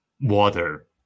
water